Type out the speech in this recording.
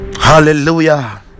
hallelujah